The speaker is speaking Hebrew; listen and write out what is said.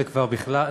זה כבר בכלל,